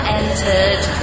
entered